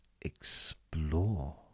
explore